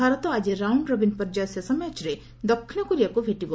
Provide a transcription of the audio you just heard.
ଭାରତ ଆକି round robin ପର୍ଯ୍ୟାୟ ଶେଷ ମ୍ୟାଚ୍ରେ ଦକ୍ଷିଣ କୋରିଆକୁ ଭେଟିବ